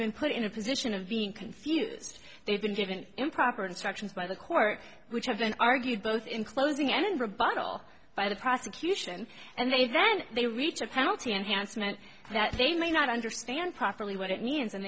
been put in a position of being confused they've been given improper instructions by the court which have been argued both in closing and in rebuttal by the prosecution and they then they reach a penalty enhancement that they may not understand properly what it means and